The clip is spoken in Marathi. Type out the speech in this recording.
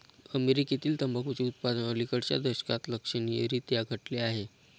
अमेरीकेतील तंबाखूचे उत्पादन अलिकडच्या दशकात लक्षणीयरीत्या घटले आहे